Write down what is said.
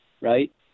right